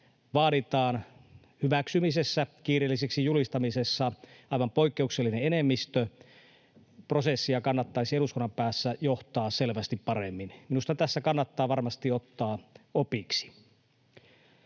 vaaditaan hyväksymisessä ja kiireelliseksi julistamisessa aivan poikkeuksellinen enemmistö, prosessia kannattaisi eduskunnan päässä johtaa selvästi paremmin. Minusta tässä kannattaa varmasti ottaa opiksi.